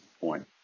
point